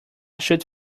should